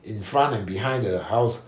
in front and behind the house